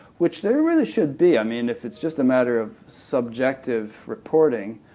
which there really should be. i mean, if it's just a matter of subjective reporting,